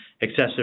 excessive